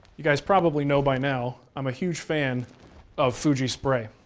you guys probably know by now, i'm a huge fan of fuji spray.